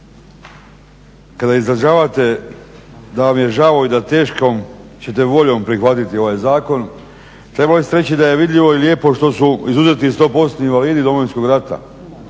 Kada izražavate da vam je žao i da teškom ćete voljom prihvatiti ovaj zakon trebali ste reći da je vidljivo i lijepo što su izuzeti i stopostotni invalidi Domovinskog rata,